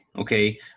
Okay